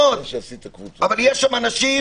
אבל יש שם אנשים